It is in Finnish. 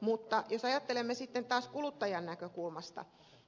mutta jos ajattelemme sitten taas kuluttajan näkökulmasta